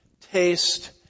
taste